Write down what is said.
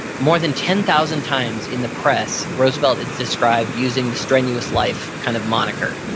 more than ten thousand times in the press, roosevelt is described using the strenuous life kind of moniker.